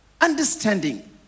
understanding